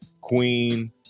queen